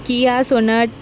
Kia Sonet